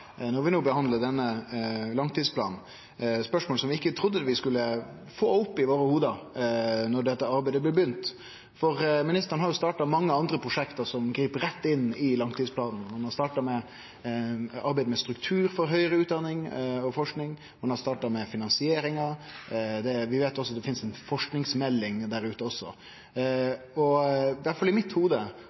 når vi no behandlar denne langtidsplanen. Dette er spørsmål som vi ikkje trudde vi skulle komme opp med da dette arbeidet blei begynt, for ministeren har jo starta mange andre prosjekt som grip rett inn i langtidsplanen. Han har starta eit arbeid med struktur for høgare utdanning og forsking. Han har starta eit arbeid med finansieringa, og vi veit også at det finst ei forskingsmelding der ute. I alle fall i mitt